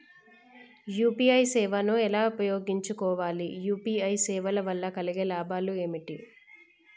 UPI సేవను ఎలా ఉపయోగించు కోవాలి? యూ.పీ.ఐ సేవల వల్ల కలిగే లాభాలు ఏమిటి?